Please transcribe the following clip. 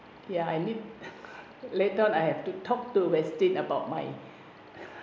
ya I live later on I have to talk to western about my